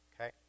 Okay